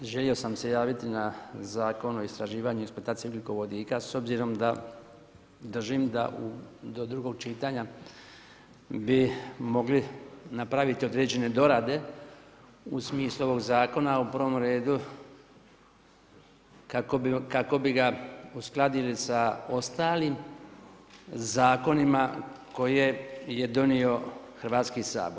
Želio sam se javiti na Zakon o istraživanju i eksploataciju ugljikovodika s obzirom da držim da do drugog čitanja bi mogli napraviti određene dorade u smislu ovog zakona u prvom redu kako bi ga uskladili sa ostalim zakonima koje je donio Hrvatski sabor.